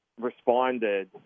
responded